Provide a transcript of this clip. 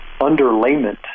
underlayment